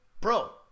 bro